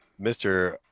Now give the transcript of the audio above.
Mr